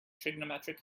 trigonometric